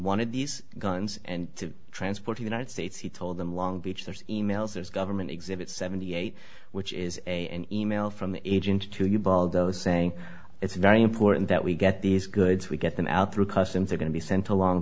wanted these guns and to transport the united states he told them long beach there's e mails there's government exhibit seventy eight which is a an e mail from agents to you by all those saying it's very important that we get these goods we get them out through customs are going to be sent to long